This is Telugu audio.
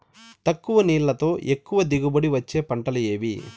తక్కువ నీళ్లతో ఎక్కువగా దిగుబడి ఇచ్చే పంటలు ఏవి?